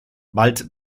bald